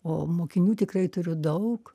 o mokinių tikrai turiu daug